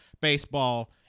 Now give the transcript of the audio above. baseball